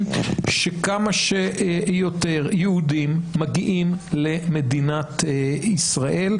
שכמה שיותר יהודים מגיעים למדינת ישראל,